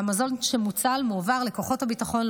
והמזון שמוצל מועבר לכוחות הביטחון,